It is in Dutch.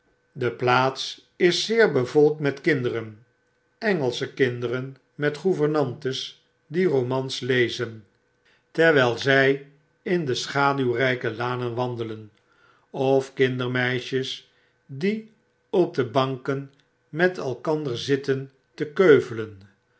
de plaats is zeer bevolkt met kinderen engelsche kinderen met gouvernantes die romans lezen terwgl zy in de schaduwrgke lanen wandelen of kindermeisjes die op de banken met elkander zitten te keuvelen